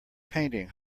painting